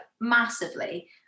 massively